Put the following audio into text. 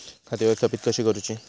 खाती व्यवस्थापित कशी करूची?